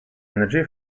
energy